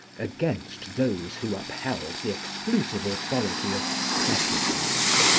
against those who upheld the exclusive authority of precedent.